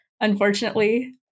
unfortunately